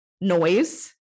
noise